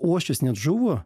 uošvis net žuvo